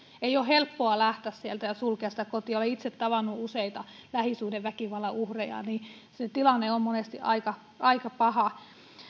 ei ole helppoa lähteä sieltä ja sulkea kotiovea olen itse tavannut useita lähisuhdeväkivallan uhreja se tilanne on monesti aika aika paha